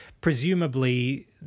Presumably